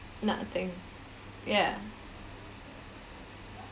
nothing yeah